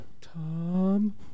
Tom